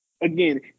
again